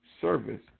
service